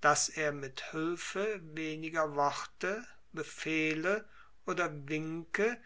daß er mit hülfe weniger worte befehle oder winke